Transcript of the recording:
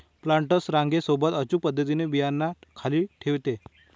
planters रांगे सोबत अचूक पद्धतीने बियांना खाली ठेवते